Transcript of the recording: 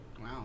Wow